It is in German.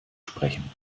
sprechen